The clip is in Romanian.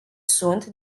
sunt